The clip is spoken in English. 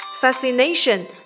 Fascination